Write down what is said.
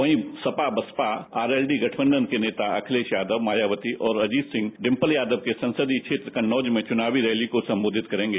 वही सपा बसपा आरएलड़ी गठबंधन के नेता अखिलेश यादव मायावती और अजीत सिंह डिपल यादव के संसदीय क्षेत्र कन्नौज में चुनावी रैली को संबोधित करेंगे